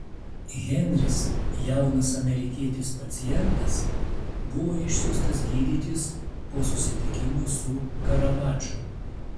henris jaunas amerikietis pacientas buvo išsiųstas gydytis po susitikimo su karavadžu